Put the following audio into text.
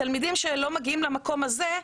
תלמידים שלא מגיעים למקום הזה,